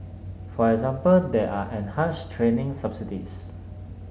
for example there are enhanced training subsidies